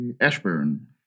Ashburn